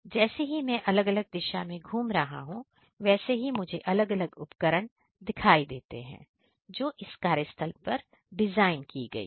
जैसे ही मैं अलग अलग दिशा में घूम रहा हूं वैसे ही मुझे अलग अलग उपकरण दिखाई देती है जो इस कार्यस्थल पर डिजाइन की गई है